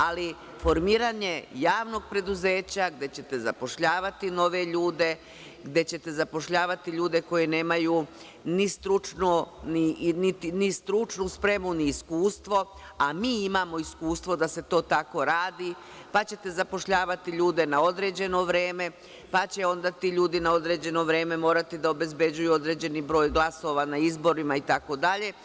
Ali, formiranje javnog preduzeća gde ćete zapošljavati nove ljude, gde ćete zapošljavati ljude koji nemaju ni stručnu spremu ni iskustvo, a mi imamo iskustvo da se to tako radi, pa ćete zapošljavati ljude na određeno vreme, pa će onda ti ljudi na određeno vreme morati da obezbeđuju određeni broj glasova na izborima, itd.